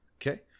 Okay